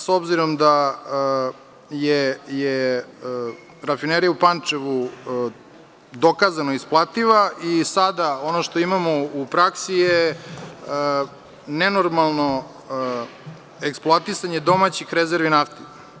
S obzirom da je Rafinerija u Pančevu dokazano isplativa i sada ono što imamo u praksi je nenormalno eksploatisanje domaćih rezervi nafte.